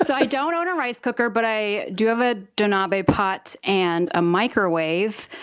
i don't own a rice cooker, but i do have a donabe pot and a microwave.